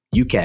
UK